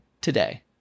today